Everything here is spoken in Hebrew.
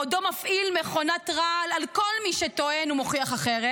בעודו מפעיל מכונת רעל על כל מי שטוען ומוכיח אחרת.